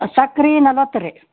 ಸಕ್ರೆ ನಲ್ವತ್ತು ರೀ